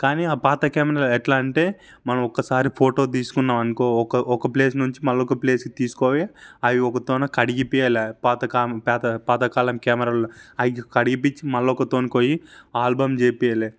కానీ ఆ పాత కెమెరా ఎట్లా అంటే మనం ఒకసారి ఫోటో తీసుకున్నాం అనుకో ఒక ఒక ప్లేస్ నుంచి మళ్ళీ ఒక ప్లేస్కు తీసుకపోయి అవి ఒకరితోని కడిగిపియ్యాలి ఆ పాతకాలం కెమెరాల అయ్యి కడిగిపించి మళ్ళీ ఒకరితోని పొయ్యి ఆల్బం చెయ్యిపీయాలి